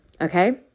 Okay